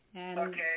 Okay